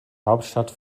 hauptstadt